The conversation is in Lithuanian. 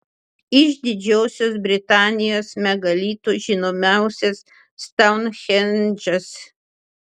iš didžiosios britanijos megalitų žinomiausias stounhendžas